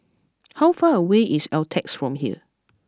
how far away is Altez from here